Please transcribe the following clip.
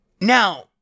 Now